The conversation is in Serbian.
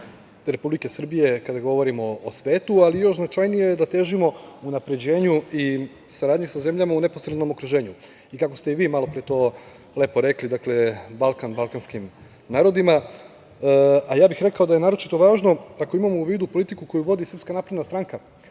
Republike Srbije kada govorimo o svetu, ali još značajnije je da težimo unapređenju i saradnji sa zemljama u neposrednom okruženju. Kako ste i vi malopre to lepo rekli, dakle, Balkan balkanskim narodima, a rekao bih da je naročito važno ako imamo u vidu koju vodi SNS, na čijem